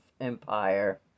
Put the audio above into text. empire